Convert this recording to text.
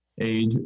age